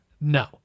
No